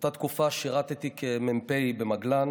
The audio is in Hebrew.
באותה תקופה שירתי כמ"פ במגלן